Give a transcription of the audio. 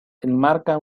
enmarca